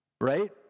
right